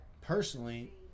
personally